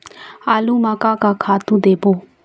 आलू म का का खातू देबो?